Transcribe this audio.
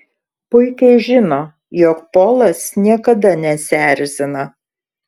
puikiai žino jog polas niekada nesierzina